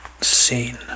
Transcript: scene